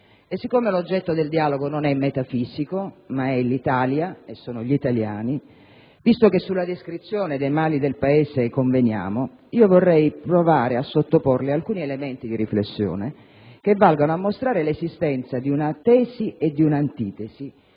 e siccome l'oggetto del dialogo non è metafisico ma è rappresentato dall'Italia e dagli italiani e visto che sulla descrizione dei mali del Paese conveniamo, vorrei provare a sottoporle alcuni elementi di riflessione che valgano a mostrare l'esistenza di una tesi e di una antitesi